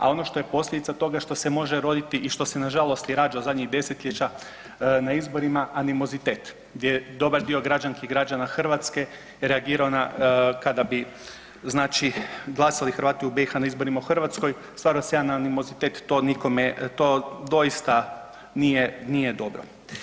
A ono što je posljedica toga što se može roditi i što se nažalost i rađa zadnjih desetljeća na izborima, animozitet, gdje dobar dio građanki i građana Hrvatske reagirao na, kada bi znači glasali Hrvati u BiH na izborima u Hrvatskoj stvara se jedan animozitet, to nikome, to doista nije, nije dobro.